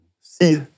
See